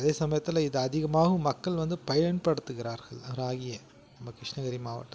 அதே சமயத்தில் இதை அதிகமாகவும் மக்கள் வந்து பயன்படுத்துகிறார்கள் ராகியை நம்ம கிருஷ்ணகிரி மாவட்டத்தில்